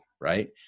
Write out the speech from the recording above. right